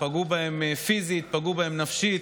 פגעו בהם פיזית ונפשית,